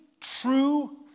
true